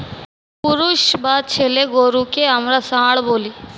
পুরুষ বা ছেলে গরুকে আমরা ষাঁড় বলি